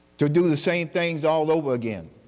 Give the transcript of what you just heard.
to do the same things all over again?